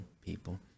people